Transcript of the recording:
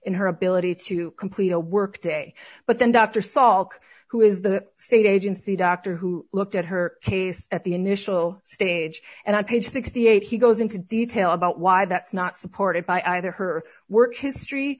in her ability to complete a work day but then dr saul who is the state agency doctor who looked at her case at the initial stage and on page sixty eight he goes into detail about why that's not supported by either her work history